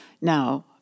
Now